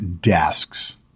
desks